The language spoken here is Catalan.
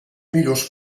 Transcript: millors